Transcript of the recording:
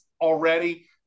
already